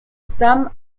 some